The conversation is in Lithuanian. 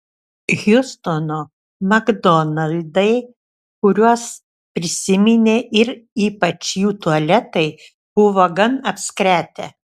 hjustono makdonaldai kuriuos prisiminė ir ypač jų tualetai buvo gan apskretę